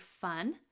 fun